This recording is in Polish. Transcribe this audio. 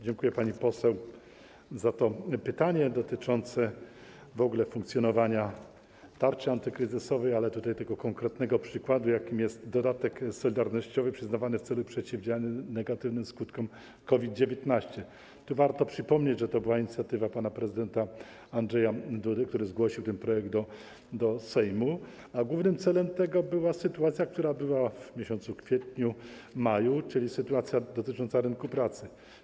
Dziękuję pani poseł za to pytanie dotyczące w ogóle funkcjonowania tarczy antykryzysowej, ale tutaj w odniesieniu do tego konkretnego przykładu, jakim jest dodatek solidarnościowy przyznawany w celu przeciwdziałania negatywnym skutkom COVID-19, warto przypomnieć, że to była inicjatywa pana prezydenta Andrzeja Dudy, który zgłosił ten projekt do Sejmu, a główny cel tego był związany z sytuacją, która była w kwietniu, maju, czyli sytuacją dotyczącą rynku pracy.